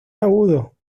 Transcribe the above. agudo